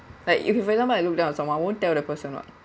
like if for example I look down on someone won't tell the person [what]